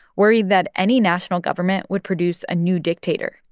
worried that any national government would produce a new dictator,